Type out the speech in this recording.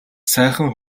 сайхан